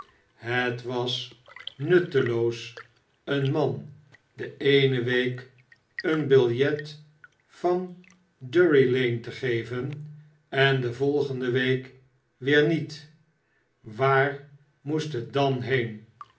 het was nutteloos een man de eene week een biljet van drury-lane te geven en de volgende week weer niet waar moest het dan heen